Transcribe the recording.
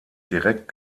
direkt